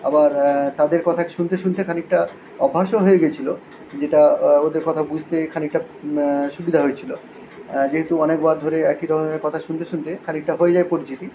আবার তাদের কথা শুনতে শুনতে খানিকটা অভ্যাসও হয়ে গিয়েছিল যেটা ওদের কথা বুঝতে খানিকটা সুবিধা হয়েছিল যেহেতু অনেকবার ধরে একই ধরনের কথা শুনতে শুনতে খানিকটা হয়ে যায় পরিচিতি